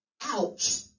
ouch